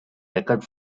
record